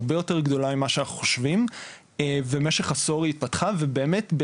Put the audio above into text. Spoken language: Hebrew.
הרבה יותר גדולה ממהנ שאנחנו חושבים ובמשך עשור היא התפתחה ובאמת,